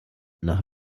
nach